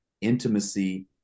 intimacy